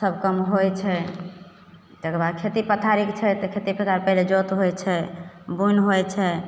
सब काम होइ छै तैकेबाद खेती पथारी छै खेती पथा पहिले जोत होइ छै बोनि होइ छै